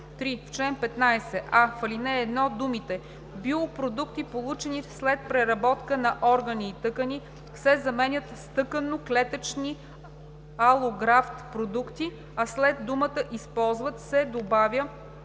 3. В чл. 15: а) в ал. 1 думите „Биопродукти, получени след преработка на органи и тъкани“ се заменят с „Тъканно-клетъчни алографт продукти“, а след думата „използват“ се добавя